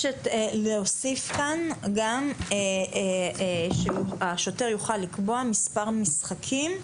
אני מבקשת להוסיף כאן גם שהשוטר יוכל לקבוע מספר משחקים,